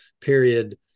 period